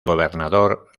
gobernador